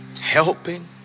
helping